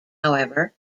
however